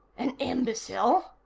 an imbecile?